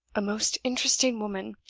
a most interesting woman!